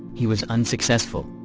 he was unsuccessful.